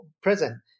present